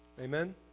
Amen